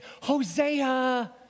Hosea